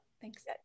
thanks